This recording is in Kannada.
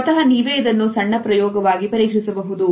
ಸ್ವತಹ ನೀವೇ ಇದನ್ನು ಸಣ್ಣ ಪ್ರಯೋಗವಾಗಿ ಪರೀಕ್ಷಿಸಬಹುದು